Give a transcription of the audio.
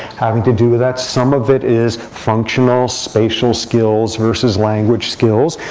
having to do with that. some of it is functional spatial skills versus language skills.